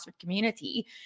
community